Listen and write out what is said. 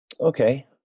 Okay